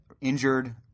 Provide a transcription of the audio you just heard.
injured